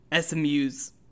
SMU's